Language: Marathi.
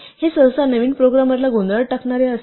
हे सहसा नवीन प्रोग्रामरना गोंधळात टाकणारे असते